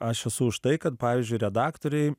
aš esu už tai kad pavyzdžiui redaktoriai